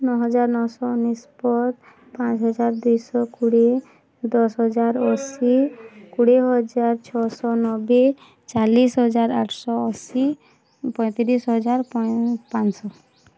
ନଅ ହଜାର ନଅ ଶହ ଅନେଶ୍ୱତଏ ଦଶ ହଜାର ଅଶୀ କୋଡ଼ିଏ ହଜାର ଛଅ ଶହ ନବେ ଚାଳିଶ ହଜାର ଆଠ ଶହ ଅଶୀ ପଞ୍ଚତିରିଶ ହଜାର ପାଞ୍ଚଶହ